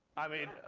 i mean,